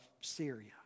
Syria